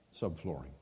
subflooring